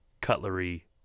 cutlery